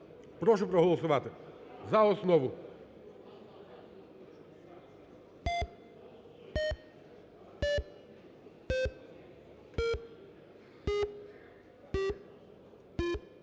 прошу проголосувати за основу.